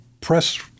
press